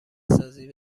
سازی